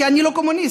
כי אני לא קומוניסט,